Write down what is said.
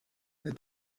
that